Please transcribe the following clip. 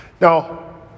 Now